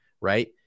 right